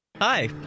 Hi